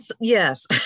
yes